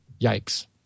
yikes